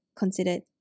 considered